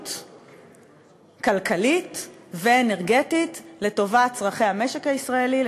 מדיניות כלכלית ואנרגטית לטובת צורכי המשק הישראלי,